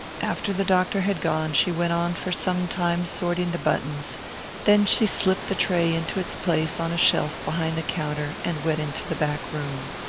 after the doctor had gone she went on for some time sorting the buttons then she slipped the tray into its place on a shelf behind the counter and went into the back room.